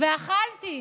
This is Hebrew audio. ואכלתי.